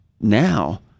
now